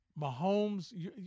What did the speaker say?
Mahomes